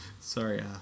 Sorry